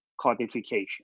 codification